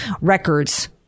records